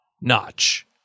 notch